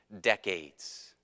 decades